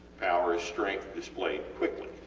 power is strength displayed quickly,